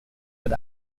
red